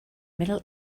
middle